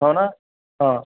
हो ना हां